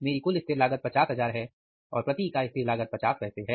मेरी कुल स्थिर लागत ₹50000 है और प्रति इकाई स्थिर लागत 50 पैसे है